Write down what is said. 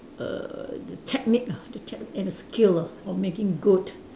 err the technique ah the technique and the skill ah of making good